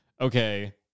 okay